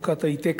או הכת "איתקה",